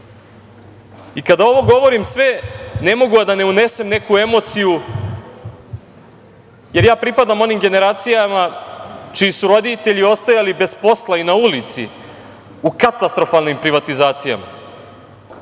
ovo govorim sve ne mogu a da ne unesem neku emociju, jer ja pripadam onim generacijama čiji su roditelji ostajali bez posla i na ulici u katastrofalnim privatizacijama,